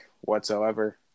whatsoever